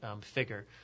figure